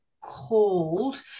called